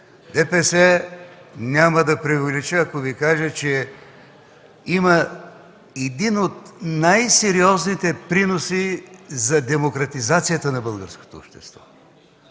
Няма да преувелича ако Ви кажа, че ДПС има един от най-сериозните приноси за демократизацията на българското общество.